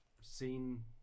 seen